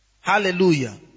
Hallelujah